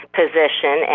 position